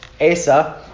Asa